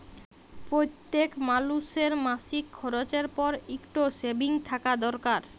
প্যইত্তেক মালুসের মাসিক খরচের পর ইকট সেভিংস থ্যাকা দরকার